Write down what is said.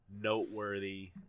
noteworthy